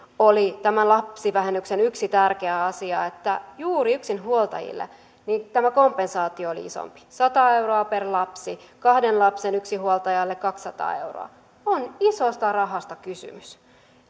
oli tämän lapsivähennyksen yksi tärkeä asia että juuri yksinhuoltajille tämä kompensaatio oli isompi sata euroa per lapsi kahden lapsen yksinhuoltajalle kaksisataa euroa on isosta rahasta kysymys